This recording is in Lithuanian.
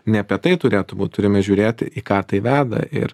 ne apie tai turėtų būt turime žiūrėt į ką tai veda ir